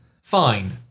Fine